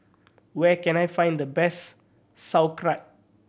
where can I find the best Sauerkraut